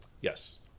Yes